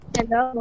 Hello